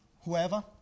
whoever